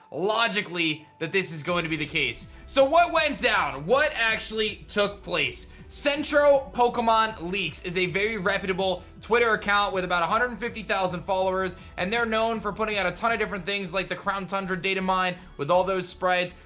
logically, that this is going to be the case. so, what went down? what actually took place? centro pokemon leaks is a very reputable twitter account with about one hundred and fifty thousand followers and they're known for putting out a ton of different things like the crown tundra data mine, with all those sprites.